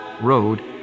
Road